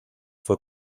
fue